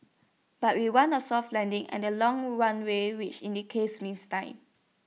but we want A soft landing and A long runway which in the case means time